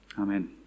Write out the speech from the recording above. Amen